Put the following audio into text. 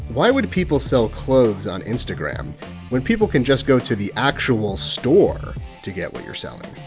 why would people sell clothes on instagram when people can just go to the actual store to get what you're selling?